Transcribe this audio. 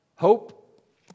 Hope